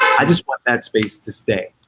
i just want that space to stay,